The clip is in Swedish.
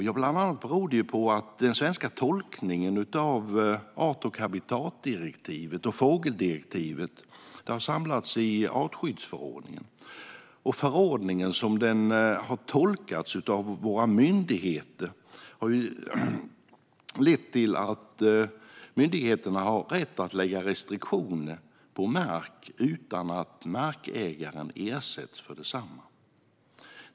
Jo, det beror bland annat på att den svenska tolkningen av art och habitatdirektivet och fågeldirektivet samlats i artskyddsförordningen, och som den förordningen tolkats av våra myndigheter ger den myndigheterna rätt att lägga restriktioner på mark utan att markägaren ersätts för densamma.